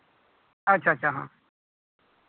ᱟᱪᱪᱷᱟ ᱟᱪᱪᱷᱟ ᱦᱚᱸ